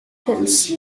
hills